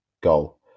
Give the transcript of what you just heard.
goal